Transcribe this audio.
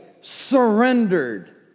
surrendered